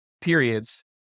periods